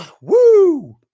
Woo